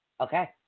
Okay